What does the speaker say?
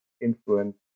influence